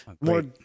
more